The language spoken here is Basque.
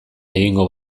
egingo